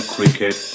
Cricket